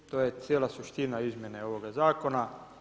To je cijela suština izmjene ovoga zakona.